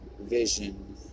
vision